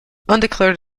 undeclared